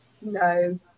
no